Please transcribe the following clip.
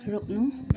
रोक्नु